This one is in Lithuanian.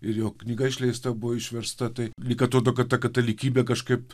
ir jo knyga išleista buvo išversta tai lyg atrodo kad ta katalikybė kažkaip